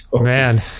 Man